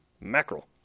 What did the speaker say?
mackerel